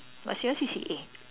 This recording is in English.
what's your C_C_A